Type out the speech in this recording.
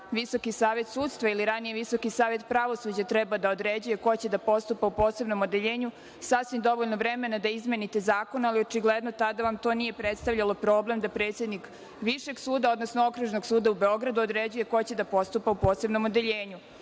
Visoki savet sudstva ili raniji Visoki savet pravosuđa treba da određuje ko će da postupi u posebnom odeljenju, sasvim dovoljno vremena da izmenite zakon, ali očigledno tada vam to nije predstavljalo problem da predsednik Višeg suda, odnosno Okružnog suda u Beogradu određuje ko će da postupa o posebnom odeljenju. Još